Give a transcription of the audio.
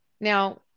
Now